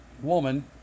woman